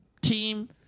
team